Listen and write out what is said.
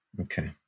Okay